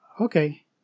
Okay